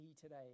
today